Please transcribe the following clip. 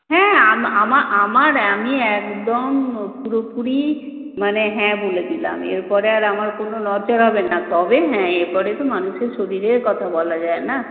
হ্যাঁ আম আমা আমার আমি একদম পুরোপুরি মানে হ্যাঁ বলে দিলাম এরপরে আর আমার কোনো নড়চড় হবে না তবে হ্যাঁ এরপরে তো মানুষের শরীরের কথা বলা যায় না